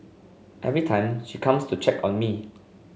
every time she comes to check on me